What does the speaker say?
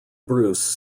bruce